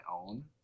own